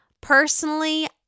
Personally